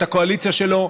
את הקואליציה שלו,